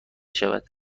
شود